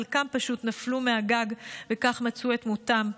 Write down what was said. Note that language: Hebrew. וחלקם פשוט נפלו מהגג וכך מצאו את מותם.